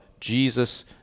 Jesus